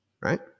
Right